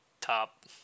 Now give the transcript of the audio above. top